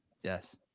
Yes